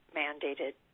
mandated